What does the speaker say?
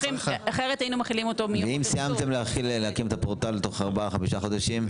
אם סיימתם להקים את הפורטל תוך ארבעה-חמישה חודשים?